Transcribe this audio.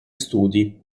studi